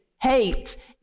hate